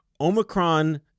Omicron